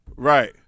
Right